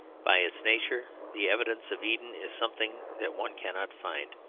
by its nature the evidence of eden is something that one cannot find.